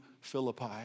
Philippi